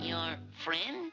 your friends